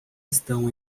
estão